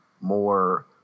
more